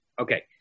Okay